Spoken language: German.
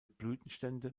blütenstände